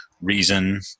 reason